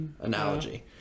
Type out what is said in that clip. analogy